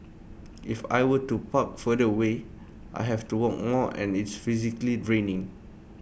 if I were to park further away I have to walk more and it's physically draining